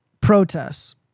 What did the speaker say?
protests